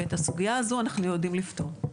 ואת הסוגייה הזו אנחנו יודעים לפתור.